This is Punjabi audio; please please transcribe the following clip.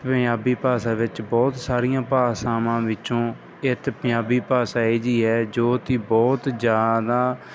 ਪੰਜਾਬੀ ਭਾਸ਼ਾ ਵਿੱਚ ਬਹੁਤ ਸਾਰੀਆਂ ਭਾਸ਼ਾਵਾਂ ਵਿੱਚੋਂ ਇੱਕ ਪੰਜਾਬੀ ਭਾਸ਼ਾ ਇਹੋ ਜਿਹੀ ਹੈ ਜੋ ਕਿ ਬਹੁਤ ਜ਼ਿਆਦਾ